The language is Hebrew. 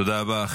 תודה רבה.